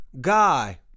guy